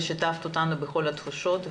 ושיתפת אותנו בכל התחושות.